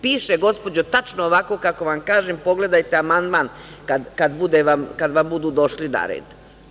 Piše, gospođo tačno ovako kako vam kažem, pogledajte amandman, kada vam budu doši na red.